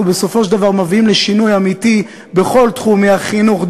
אנחנו בסופו של דבר מביאים לשינוי אמיתי בכל תחומי החינוך,